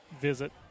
visit